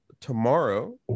tomorrow